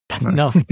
No